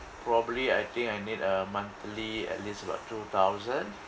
probably I think I need a monthly at least about two thousand